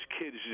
kids